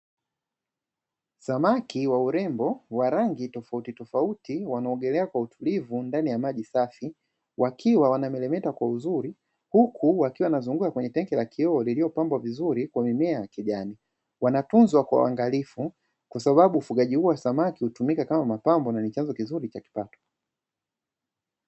Samaki wa urembo wa rangi tofautitofauti wanaogelea kwa utulivu ndani ya maji safi, wakiwa wanameremeta kwa uzuri huku wakiwa wanazunguka kwenye tenki la kioo liliopambwa vizuri kwa mimea ya kijani. Wanatunzwa kwa uangalifu kwa sababu ufugaji huu wa samaki hutumika kama mapambo na ni chanzo kizuri cha kipato.